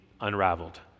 unraveled